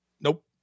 Nope